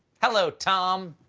hello, tom!